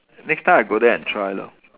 next time I go there and try lor